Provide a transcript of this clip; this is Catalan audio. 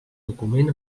document